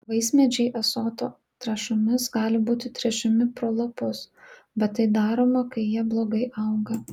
vaismedžiai azoto trąšomis gali būti tręšiami pro lapus bet tai daroma kai jie blogai auga